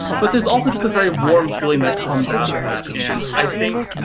but there's also just a very warm feeling that comes out of that. and i think,